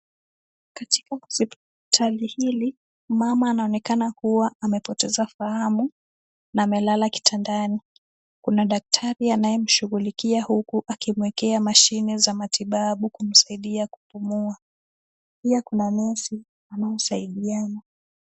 Katika hospitali hili, mama anaonekana kuwa amepoteza fahamu, na amelala kitandani. Kuna daktari anayemshughulikia, huku akimwekea mashine za matibabu kumsaidia kupumua. Pia kuna kesi wanaosaidiana.